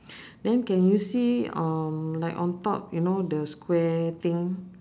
then can you see um like on top you know the square thing